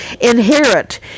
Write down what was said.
Inherit